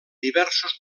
diversos